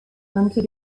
hunter